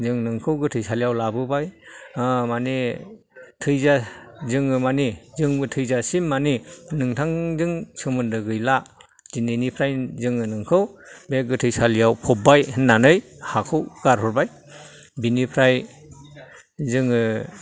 जों नोंखौ गोथैसालियाव लाबोबाय माने थैजा जोङो माने जोंबो थैजासिम माने नोंथांजों सोमोन्दो गैला दिनैनिफ्राय जोङो नोंखौ गोथैसालियाव फबबाय होन्नानै हाखौ गारहरबाय बेनिफ्राय जोङो